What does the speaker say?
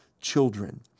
children